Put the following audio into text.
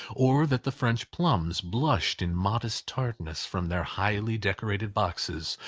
or that the french plums blushed in modest tartness from their highly-decorated boxes,